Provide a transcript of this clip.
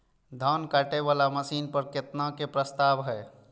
धान काटे वाला मशीन पर केतना के प्रस्ताव हय?